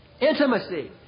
Intimacy